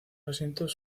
asientos